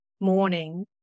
Morning